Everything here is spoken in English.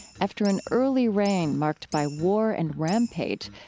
after an early reign marked by war and rampage,